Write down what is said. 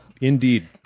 Indeed